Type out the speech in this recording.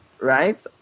right